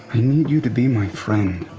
i need you to be my friend.